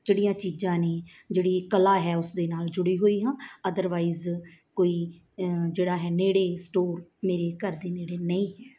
ਜਿਹੜੀਆਂ ਚੀਜ਼ਾਂ ਨੇ ਜਿਹੜੀ ਕਲਾ ਹੈ ਉਸ ਦੇ ਨਾਲ ਜੁੜੀ ਹੋਈ ਹਾਂ ਅਦਰਵਾਈਜ਼ ਕੋਈ ਜਿਹੜਾ ਹੈ ਨੇੜੇ ਸਟੋਰ ਮੇਰੇ ਘਰ ਦੇ ਨੇੜੇ ਨਹੀਂ ਹੈ